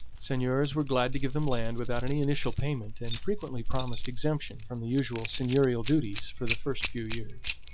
seigneurs were glad to give them land without any initial payment and frequently promised exemption from the usual seigneurial dues for the first few years.